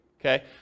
okay